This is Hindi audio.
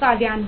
कार्यान्वयन